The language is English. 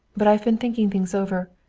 but i've been thinking things over.